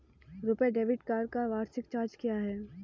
RuPay debit card का वार्षिक charge क्या है?